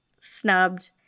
snubbed